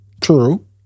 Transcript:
True